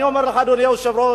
אני אומר לך, אדוני היושב-ראש.